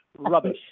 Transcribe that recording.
rubbish